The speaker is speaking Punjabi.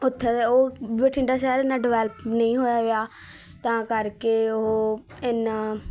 ਉੱਥੇ ਦੇ ਉਹ ਬਠਿੰਡਾ ਸ਼ਹਿਰ ਇੰਨਾਂ ਡਿਵੈਲਪ ਨਹੀਂ ਹੋਇਆ ਵਿਆ ਤਾਂ ਕਰਕੇ ਉਹ ਇੰਨਾਂ